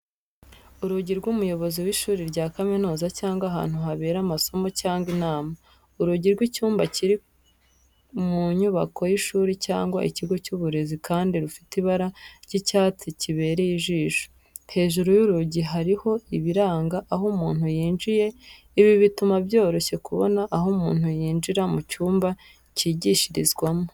Urugi rw'umuyobozi w'ishuri rya kaminuza cyangwa ahantu habera amasomo cyangwa inama. Urugi rw'icyumba kiri mu nyubako y'ishuri cyangwa ikigo cy'uburezi kandi rufite ibara ry'icyatsi kibereye ijisho. Hejuru y'urugi hariho ibiranga aho umuntu yinjiye, ibi bituma byoroshye kubona aho umuntu yinjira mu cyumba cyigishirizwamo.